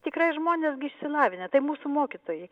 tikrai žmonės gi išsilavinę tai mūsų mokytojai